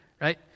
right